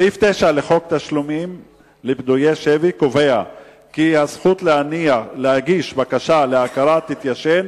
סעיף 9 לחוק תשלומים לפדויי שבי קובע כי הזכות להגיש בקשה להכרה תתיישן